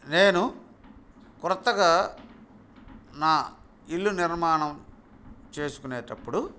నేను క్రొత్తగా నా ఇల్లు నిర్మాణం చేసుకునేటప్పుడు